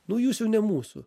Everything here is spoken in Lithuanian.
nu jūs jau ne mūsų